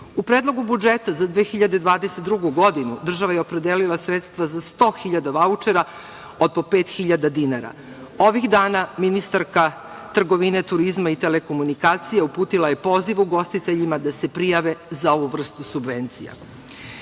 U Predlogu budžeta za 2022. godinu država je opredelila sredstva za 100.000 vaučera od po 5.000 dinara. Ovih dana ministarka trgovine, turizma i telekomunikacija uputila je poziv ugostiteljima da se prijave za ovu vrstu subvencija.Za